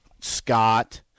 Scott –